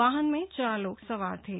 वाहन में चार लोग सवार थे